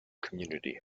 community